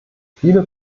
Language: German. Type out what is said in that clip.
viele